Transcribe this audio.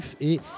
et